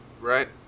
Right